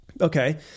Okay